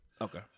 Okay